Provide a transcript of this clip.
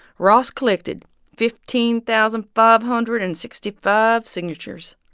ross collected fifteen thousand five hundred and sixty five signatures.